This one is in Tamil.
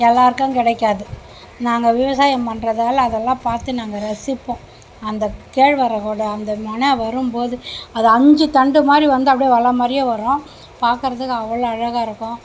எல்லாேருக்கும் கிடைக்காது நாங்கள் விவசாயம் பண்ணுறதால அதெல்லாம் பார்த்து நாங்கள் ரசிப்போம் அந்த கேழ்வரகோட அந்த முனை வரும்போது அது அஞ்சு தண்டு மாதிரி வந்து அப்படியே வலை மாதிரியே வரும் பார்க்கறதுக்கு அவ்வளோ அழகாக இருக்கும்